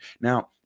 Now